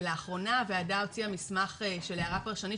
ולאחרונה הוועדה הוציאה מסמך של הערה פרשנית